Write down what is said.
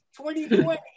2020